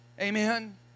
Amen